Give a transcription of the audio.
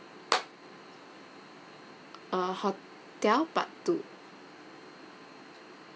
uh hotel part two